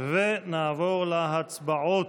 ונעבור להצבעות.